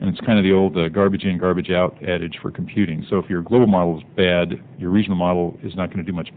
and it's kind of the old the garbage in garbage out and it's for computing so if you're global models bad your original model is not going to do much